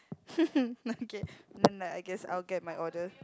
okay no no I guess I'll get my order